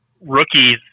rookies